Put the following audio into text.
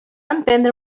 emprendre